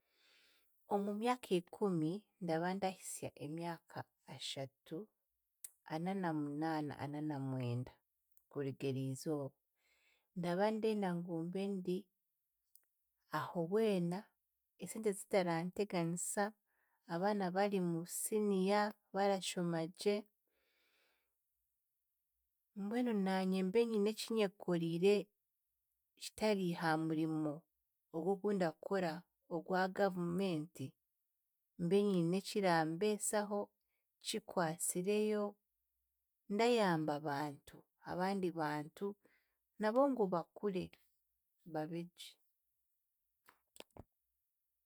Omu myaka ikumi, ndaba ndahisya emyaka ashatu, ananamunaana ananamwenda kuruga eriizooba. Ndaba ndenda ngu mbe ndi aho weena, esente zitaranteganisa, abaana bari mu siniya, barashomagye, mbwenu naanye mbe nyine eki nyekoriire, kitari ha murimo ogu ogundakora ogwa Gavumenti, mbe nyine ekirambeesaho, kikwasireyo, ndayamba abantu, abandi bantu nabo ngu bakure, babegye.